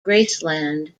graceland